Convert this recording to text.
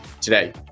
today